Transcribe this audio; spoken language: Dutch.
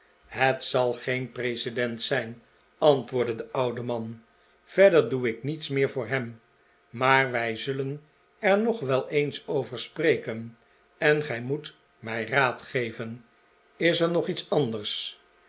het zal geen precedent zijn antwoordde de oude man verder doe ik niets meer voor hem maar wij zullen er nog wel eens over sdreken en gij moet mij raad geven is er nog iets anders